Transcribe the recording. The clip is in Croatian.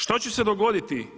Što će se dogoditi?